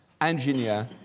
engineer